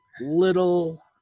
Little